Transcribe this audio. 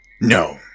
No